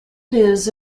lives